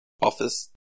office